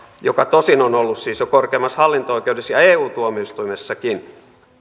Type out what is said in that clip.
joka tosin on ollut siis jo korkeimmassa hallinto oikeudessa ja eu tuomioistuimessakin